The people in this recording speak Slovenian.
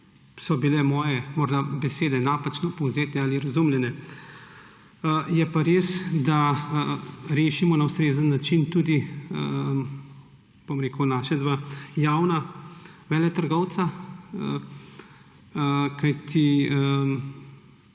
so bile morda moje besede napačno povzete ali razumljene. Je pa res, da rešimo na ustrezen način tudi naša dva javna veletrgovca, kajti